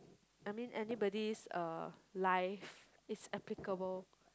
I mean anybody's uh life is applicable